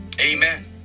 Amen